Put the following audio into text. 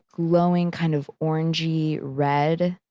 glowing, kind of orangey red.